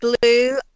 blue